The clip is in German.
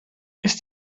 ist